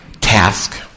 task